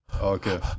okay